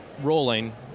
rolling